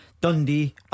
Dundee